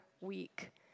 week